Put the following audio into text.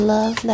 Love